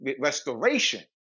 restoration